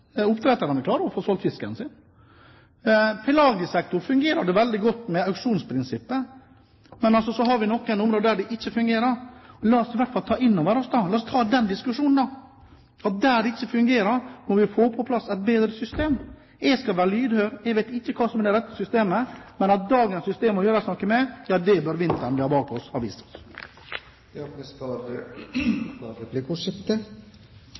Oppdretterne klarer å få solgt fisken sin. I pelagisektoren funger det veldig godt med auksjonsprinsippet. Men så har vi noen områder der det ikke fungerer. La oss i hvert fall ta inn over oss – la oss ta den diskusjonen – at der det ikke fungerer, må vi få på plass et bedre system. Jeg skal være lydhør, jeg vet ikke hva som er det rette systemet. Men at det må gjøres noe med dagens system, bør vinteren vi har bak oss, ha vist. Det åpnes for replikkordskifte. Jeg tror vi fort kan bli enige i denne salen om at